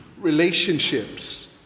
relationships